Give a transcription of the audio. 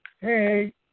hey